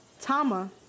Tama